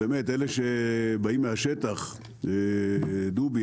אלה שבאים מהשטח דובי,